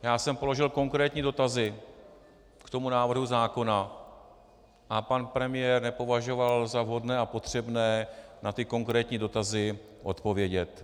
Já jsem položil konkrétní dotazy k tomu návrhu zákona a pan premiér nepovažoval za vhodné a potřebné na ty konkrétní dotazy odpovědět.